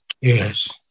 Yes